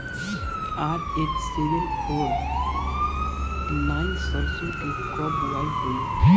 RH seven four nine सरसो के कब बुआई होई?